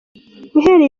uhereye